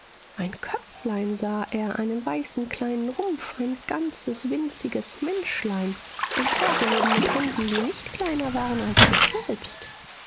ein köpflein sah er einen weißen kleinen rumpf ein ganzes winziges menschlein emporgehoben mit händen die nicht kleiner waren als es selbst